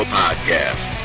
podcast